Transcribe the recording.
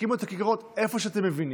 תקימו את הכיכרות איפה שאתם מבינים.